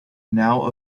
now